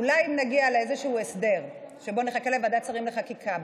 אולי נגיע לאיזשהו הסדר שבו נחכה לוועדת שרים לחקיקה.